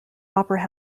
opera